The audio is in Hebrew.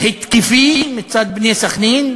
התקפי מצד "בני סח'נין",